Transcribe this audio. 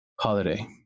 holiday